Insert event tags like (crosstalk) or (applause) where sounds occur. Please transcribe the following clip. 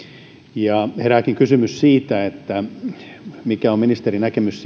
herääkin kysymys siitä mikä on ministerin näkemys (unintelligible)